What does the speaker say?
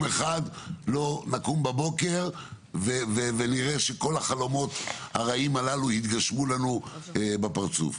אחד לא נקום בבוקר ונראה שכל החלומות הרעים הללו יתגשמו לנו בפרצוף,